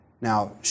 Now